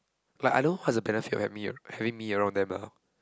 lah I don't know what is the benefit of having having me around them lah